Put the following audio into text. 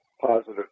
positive